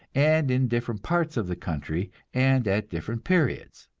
and in different parts of the country, and at different periods.